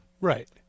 Right